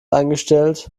eingestellt